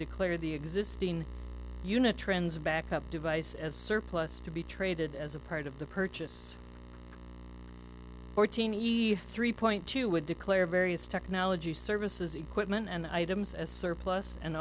declare the existing unit trends a backup device as surplus to be traded as a part of the purchase fourteen easy three point two would declare various technology services equipment and items as surplus and